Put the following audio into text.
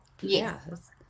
yes